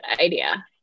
idea